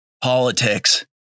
politics